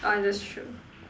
ah that's true